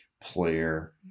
player